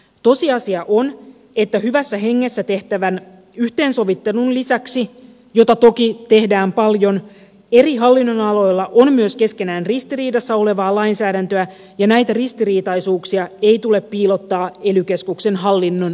tosiasia on että hyvässä hengessä tehtävän yhteensovittelun lisäksi jota toki tehdään paljon eri hallinnonaloilla on myös keskenään ristiriidassa olevaa lainsäädäntöä ja näitä ristiriitaisuuksia ei tule piilottaa ely keskuksen hallinnon uumeniin